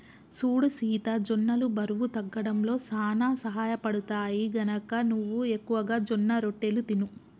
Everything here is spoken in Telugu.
సూడు సీత జొన్నలు బరువు తగ్గడంలో సానా సహయపడుతాయి, గనక నువ్వు ఎక్కువగా జొన్నరొట్టెలు తిను